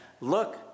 look